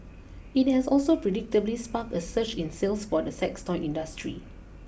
it has also predictably sparked a surge in sales for the sex toy industry